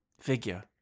figure